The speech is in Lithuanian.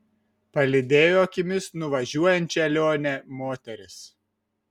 palydėjo akimis nuvažiuojančią lionę moteris